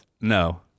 no